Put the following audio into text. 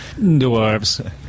Dwarves